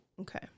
Okay